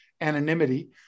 anonymity